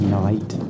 night